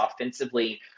offensively